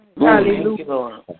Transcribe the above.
Hallelujah